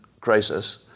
crisis